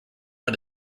are